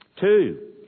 Two